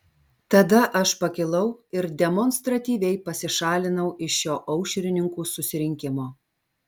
tada aš pakilau ir demonstratyviai pasišalinau iš šio aušrininkų susirinkimo